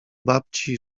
babci